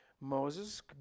Moses